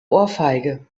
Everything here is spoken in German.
ohrfeige